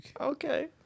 Okay